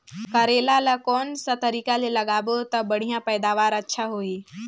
करेला ला कोन सा तरीका ले लगाबो ता बढ़िया पैदावार अच्छा होही?